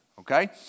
okay